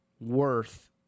worth